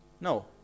No